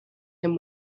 him